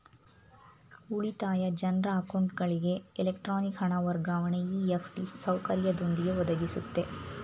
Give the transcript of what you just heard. ಉಳಿತಾಯ ಜನ್ರ ಅಕೌಂಟ್ಗಳಿಗೆ ಎಲೆಕ್ಟ್ರಾನಿಕ್ ಹಣ ವರ್ಗಾವಣೆ ಇ.ಎಫ್.ಟಿ ಸೌಕರ್ಯದೊಂದಿಗೆ ಒದಗಿಸುತ್ತೆ